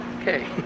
Okay